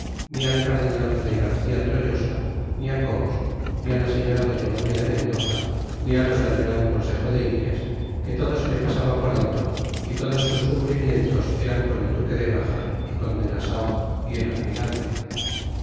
ni al cardenalfray garcia de loyosa ni cobos ni la señora doña maria de mendoza ni á los del real consejo de indias que va se le pasaba por alto y todos sus cumplimientos eran con el duque de bejar y conde nasao y el almirante